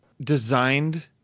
designed